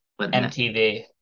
MTV